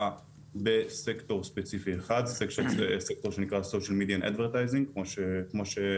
סקטור שנקרא Social media advertising כמו שמאופיין אצלנו ב-Finder.